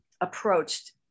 approached